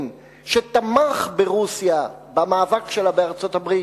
שתמך ברוסיה במאבק שלה בארצות-הברית,